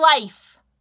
life